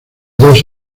dos